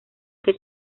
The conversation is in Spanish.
que